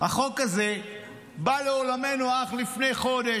החוק הזה בא לעולמנו אך לפני חודש.